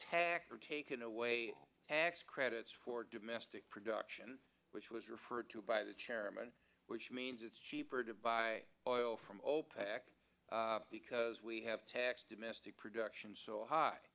have taken away credits for domestic production which was referred to by the chairman which means it's cheaper to buy oil from opec because we have tax domestic production so high